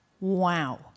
Wow